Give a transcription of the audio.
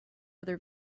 other